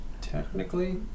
technically